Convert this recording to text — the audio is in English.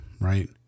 Right